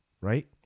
right